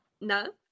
No